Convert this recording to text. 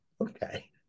Okay